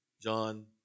John